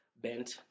bent